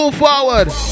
forward